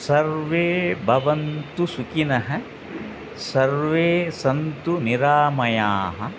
सर्वे भवन्तु सुखिनः सर्वे सन्तु निरामयाः